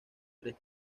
tres